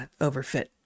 overfit